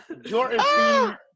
Jordan